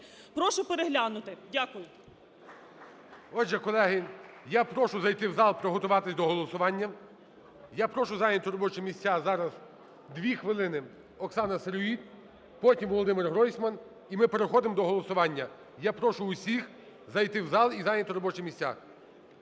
Прошу переглянути. Дякую. ГОЛОВУЮЧИЙ. Отже, колеги, я прошу зайти в зал, приготуватись до голосування. Я прошу зайняти робочі місця. Зараз 2 хвилини – Оксана Сироїд. Потім – Володимир Гройсман. І ми переходимо до голосування. Я прошу всіх зайти в зал і зайняти робочі місця.